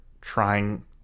trying